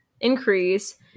increase